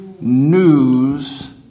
news